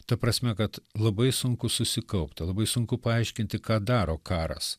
ta prasme kad labai sunku susikaupti labai sunku paaiškinti ką daro karas